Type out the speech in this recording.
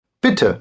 Bitte